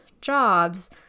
jobs